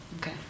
Okay